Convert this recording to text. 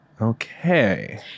Okay